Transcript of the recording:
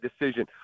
decision